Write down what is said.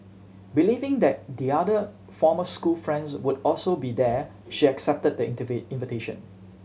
believing that the other former school friends would also be there she accepted the invitation